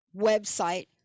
website